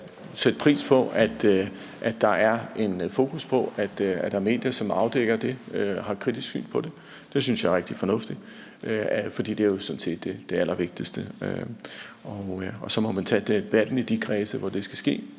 sætte pris på, at der er en fokus på det, og at der er medier, som har afdækket det og har et kritisk syn på det. Det synes jeg er rigtig fornuftigt, for det er jo sådan set det allervigtigste. Og så må man tage debatten i de kredse, hvor det skal ske.